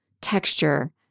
texture